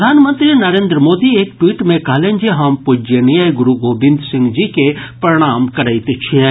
प्रधानमंत्री नरेन्द्र मोदी एक ट्वीट मे कहलनि जे हम पूज्यनीय गुरू गोविंद सिंह जी के प्रणाम करैत छियनि